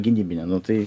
gynybine nu tai